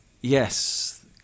Yes